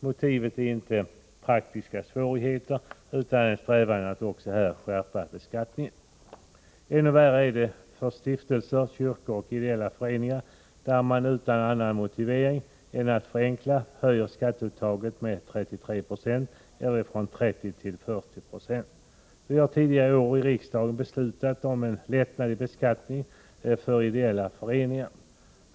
Motivet är inte praktiska svårigheter utan en strävan att också här skärpa beskattningen. Ännu värre är det för stiftelser, kyrkor och ideella föreningar, där man utan annan motivering än att förenkla höjer skatteuttaget med 33 90 eller från 30 till 40 36. Riksdagen har tidigare i år beslutat om en lättnad i beskattningen av ideella föreningar.